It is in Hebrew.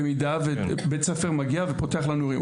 זה במידה ובית-ספר מגיע ופותח לנו אירוע.